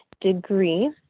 degree